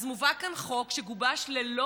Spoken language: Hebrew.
אז מובא כאן חוק שגובש ללא